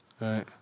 right